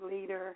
leader